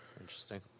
Interesting